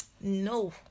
no